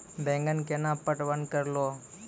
बैंगन केना पटवन करऽ लो?